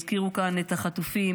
הזכירו כאן את החטופים,